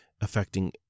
affecting